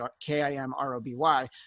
K-I-M-R-O-B-Y